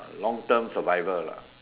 long term survival lah